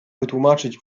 wytłumaczyć